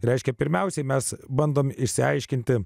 reiškia pirmiausiai mes bandom išsiaiškinti